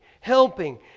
helping